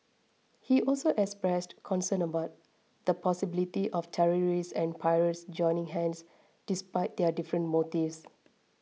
he also expressed concern about the possibility of terrorists and pirates joining hands despite their different motives